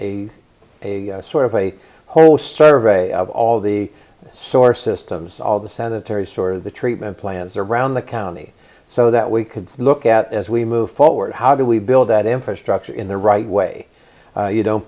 a a sort of a whole survey of all the sources tems all the senate terry sort of the treatment plans around the county so that we could look at as we move forward how do we build that infrastructure in the right way you don't